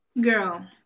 Girl